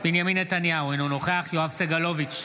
בנימין נתניהו, אינו נוכח יואב סגלוביץ'